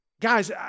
Guys